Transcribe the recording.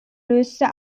löste